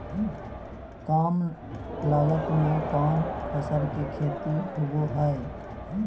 काम लागत में कौन फसल के खेती होबो हाय?